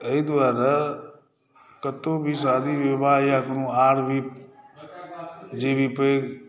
एहि दुआरे कतहु भी शादी विवाह या कोनो आओर भी जे भी पैघ